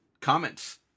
comments